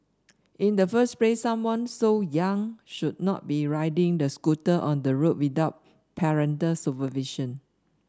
in the first place someone so young should not be riding the scooter on the road without parental supervision